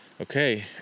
Okay